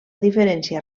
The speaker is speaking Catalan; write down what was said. diferència